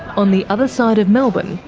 on the other side of melbourne,